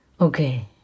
Okay